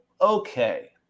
okay